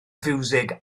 fiwsig